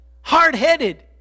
hard-headed